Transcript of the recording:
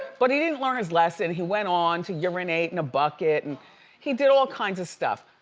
but he didn't learn his lesson. he went on to urinate in a bucket, and he did all kinds of stuff,